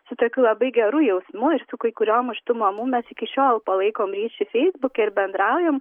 su tokiu labai geru jausmu ir su kai kuriom iš tų mamų mes iki šiol palaikom ryšį feisbuke ir bendraujam